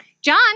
John